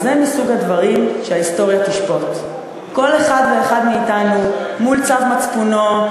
זה מסוג הדברים שההיסטוריה תשפוט כל אחד ואחד מאתנו מול צו מצפונו,